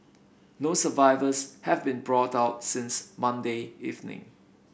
no survivors have been brought out since Monday evening